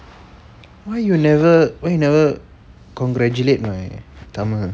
why you never why you never congratulate my tamil